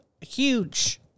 huge